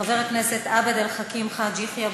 חבר הכנסת עבד אל חכים חאג' יחיא,